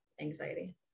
anxiety